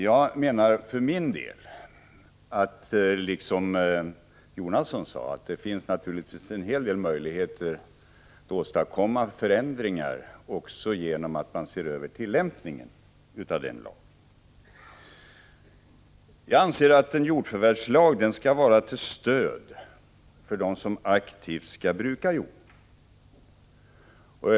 Jag menar för min del att det — detta sade även Bertil Jonasson — naturligtvis också finns en hel del möjligheter att åstadkomma förändringar i samband med en översyn av tillämpningen av lagen. En jordförvärvslag skall vara till stöd för dem som aktivt brukar jorden.